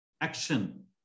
action